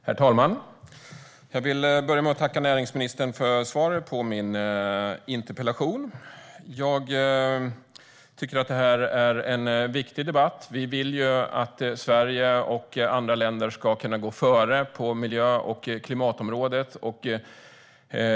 Herr talman! Jag vill börja med att tacka näringsministern för svaret på min interpellation. Jag tycker att detta är en viktig debatt. Vi vill att Sverige och andra länder ska kunna gå före på miljö och klimatområdet.